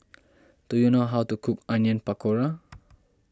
do you know how to cook Onion Pakora